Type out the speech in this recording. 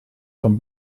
vom